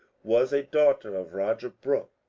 was a daughter of roger brooke.